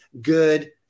good